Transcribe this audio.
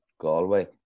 Galway